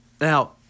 Now